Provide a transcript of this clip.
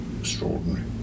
extraordinary